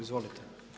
Izvolite.